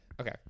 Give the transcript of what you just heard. Okay